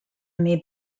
may